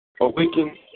Awaken